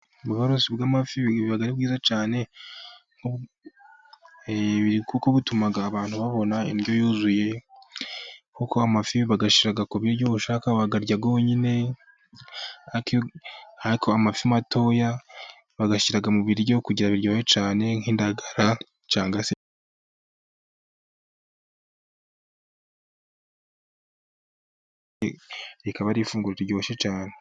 Ubworozi bw'amafi buba ari bwiza cyane kuko butuma abantu babona indyo yuzuye. Kuko amafi bayashyira ku biryo. Ushaka wayarya yonyine. Ariko amafi matoya bayashyira mu biryo kugira ngo biryohe cyane nk'indagara cyangwa se bindi! rikaba ifunguro riryoshye cyane.